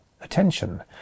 attention